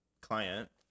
client